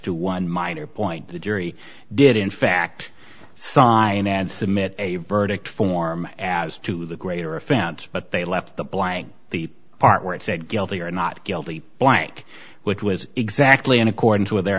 to one minor point the jury did in fact sign and submit a verdict form as to the greater offense but they left the blank the part where it said guilty or not guilty blank which was exactly in accordance with their